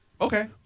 Okay